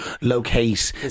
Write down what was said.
locate